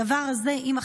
אליה